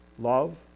Love